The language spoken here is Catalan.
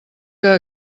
que